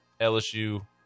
LSU